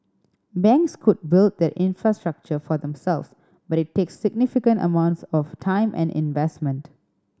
banks could build that infrastructure for themselves but it takes significant amounts of time and investment